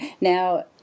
Now